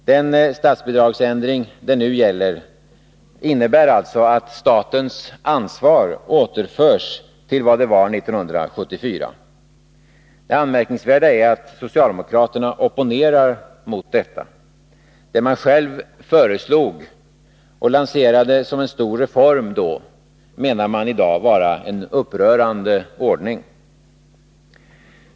Den ändring av statsbidraget som regeringen nu föreslår innebär alltså att statens ansvar återförs till vad det var 1974. Det anmärkningsvärda är att socialdemokraterna opponerar mot detta. Det man själv föreslog 1974 och då lanserade som en stor reform anser man i dag vara en upprörande ordning.